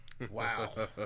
wow